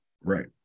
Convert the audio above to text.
Right